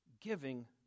giving